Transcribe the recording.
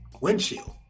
windshield